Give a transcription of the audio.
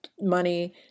money